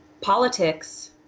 Politics